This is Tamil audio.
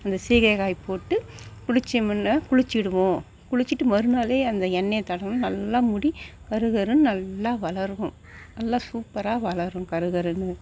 அந்த சீகைக்காய் போட்டு குளிச்சமுன்னா குளிச்சிவிடுவோம் குளிச்சிட்டு மறுநாளே அந்த எண்ணெயை தடவினா நல்லா முடி கருக்கருன்னு நல்லா வளருகும் நல்லா சூப்பராக வளரும் கருக்கருன்னு